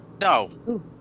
no